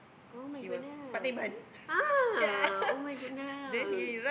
[oh]-my-goodness ah [oh]-my-goodness